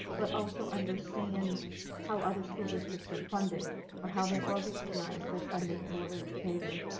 but also understand how other school districts are funded or how they organize their funding in order to pay their